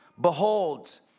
behold